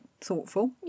thoughtful